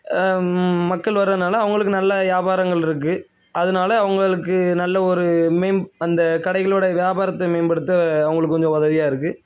மக்கள் வரதினால அவங்களுக்கு நல்ல வியாபாரங்கள் இருக்குது அதனால அவங்களுக்கு நல்ல ஒரு மேம் அந்த கடைகளோடய வியாபாரத்தை மேம்படுத்த அவங்களுக்கு கொஞ்சம் உதவியாக இருக்குது